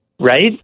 right